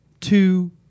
two